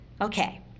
Okay